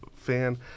fan